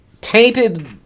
tainted